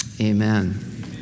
amen